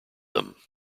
them